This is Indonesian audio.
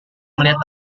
melihat